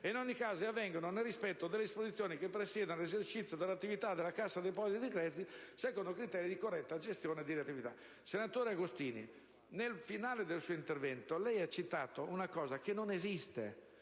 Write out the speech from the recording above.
e in ogni caso avvengano nel rispetto delle disposizioni che presiedono all'esercizio dell'attività della Cassa depositi e prestiti secondo criteri di corretta gestione e redditività». Senatore Agostini, alla fine del suo intervento lei ha citato una cosa che non esiste.